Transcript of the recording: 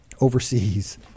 overseas